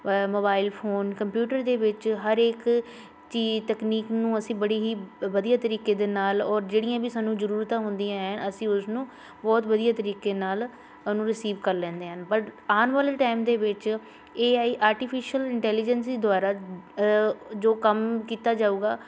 mobile phone computer ਦੇ ਵਿੱਚ ਹਰ ਇੱਕ ਚੀਜ਼ ਤਕਨੀਕ ਨੂੰ ਅਸੀਂ ਬੜੇ ਹੀ ਵਧੀਆ ਤਰੀਕੇ ਦੇ ਨਾਲ ਔਰ ਜਿਹੜੀਆਂ ਵੀ ਸਾਨੂੰ ਜ਼ਰੂਰਤਾਂ ਹੁੰਦੀਆਂ ਹੈ ਅਸੀਂ ਉਸਨੂੰ ਬਹੁਤ ਵਧੀਆ ਤਰੀਕੇ ਨਾਲ ਉਹਨੂੰ ਰਿਸੀਵ ਕਰ ਲੈਂਦੇ ਹਨ ਬਟ ਆਉਣ ਵਾਲੇ ਟਾਈਮ ਦੇ ਵਿੱਚ ਏ ਆਈ ਆਰਟੀਫਿਸ਼ਅਲ ਇੰਟੈਲੀਜੈਂਸੀ ਦੁਆਰਾ ਜੋ ਕੰਮ ਕੀਤਾ ਜਾਊਗਾ